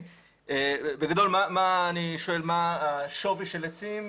בגדול אני שואל מה השווי של עצים.